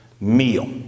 meal